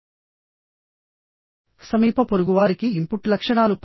bracings లో bracing tensile forces ని ఎదుర్కొంటాయి